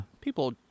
People